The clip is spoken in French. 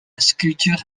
sculpture